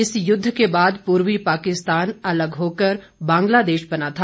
इस युद्ध के बाद पूर्वी पाकिस्तान अलग होकर बांग्लादेश बना था